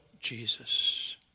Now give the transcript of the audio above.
Jesus